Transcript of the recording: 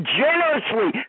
generously